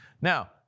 Now